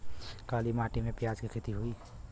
काली माटी में प्याज के खेती होई?